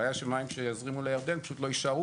הבעיה שמים שיזרימו לירדן פשוט לא יישארו